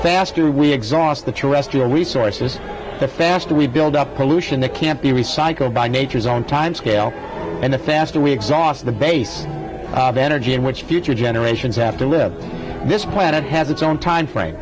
faster we exhaust the terrestrial resources the faster we build up pollution that can't be recycled by nature's own timescale and the faster we exhaust the base of energy which future generations have to live this planet has its own time frame